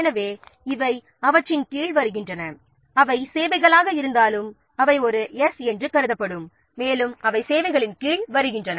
எனவே இவை அவற்றின் கீழ் வருகின்றன அவை சேவைகளாக இருந்தாலும் அவை ஒரு 's' என்று கருதப்படும் மேலும் அவை சேவைகளின் கீழ் வருகின்றன